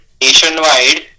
nationwide